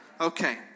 Okay